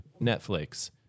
Netflix